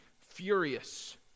furious